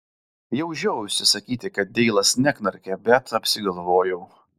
jau žiojausi sakyti kad deilas neknarkia bet apsigalvojau